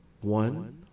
One